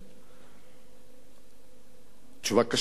תשובה קשה.